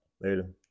Later